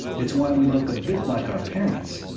it's why we look a bit like our parents,